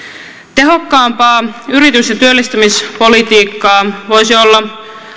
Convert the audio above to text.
tehokkaampaa yritys ja työllistämispolitiikkaa voisi olla